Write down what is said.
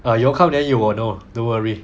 ah you all come then you will know don't worry